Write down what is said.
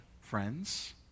friends